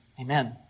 Amen